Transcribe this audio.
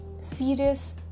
serious